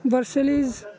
versailles